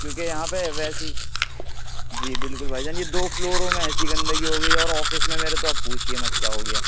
کیونکہ یہاں پہ ویسی جی بالکل بھائی جان یہ دو فلوروں میں ایسی گندگی ہو گئی اور آفس میں میرے تو اب پوچھیے مت کیا ہوگیا